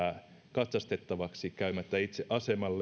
katsastettavaksi käymättä itse asemalla